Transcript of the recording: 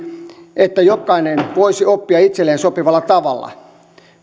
että jokainen voisi oppia itselleen sopivalla tavalla